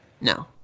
No